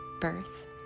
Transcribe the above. birth